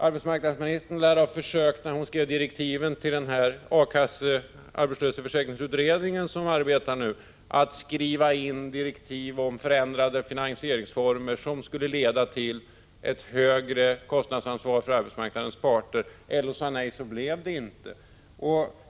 Arbetsmarknadsministern lär när hon skrev direktiven till arbetslöshetsförsäkringsutredningen, som nu arbetar, ha försökt skriva in direktiv om förändrade finansieringsformer som skulle leda till ett högre kostnadsansvar för arbetsmarknadens parter. LO sade nej, och så blev det inte.